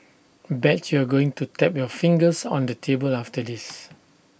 bet you're going to tap your fingers on the table after this